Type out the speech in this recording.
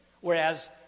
whereas